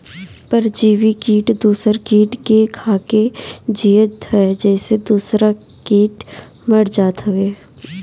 परजीवी किट दूसर किट के खाके जियत हअ जेसे दूसरा किट मर जात हवे